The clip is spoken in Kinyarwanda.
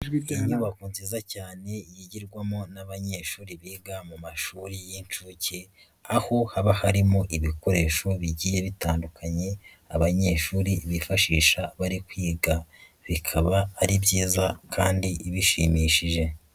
Inyubako nziza cyane, yigirwamo n'abanyeshuri biga mu mashuri y'inshuke, aho haba harimo ibikoresho bigiye bitandukanye, abanyeshuri bifashisha bari kwiga. Bikaba ari byiza kandi bishimishije.